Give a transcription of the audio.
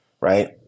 right